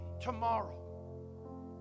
tomorrow